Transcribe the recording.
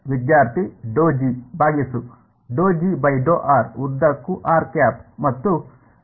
ವಿದ್ಯಾರ್ಥಿ ಭಾಗಿಸು ಉದ್ದಕ್ಕೂ r̂ ಮತ್ತು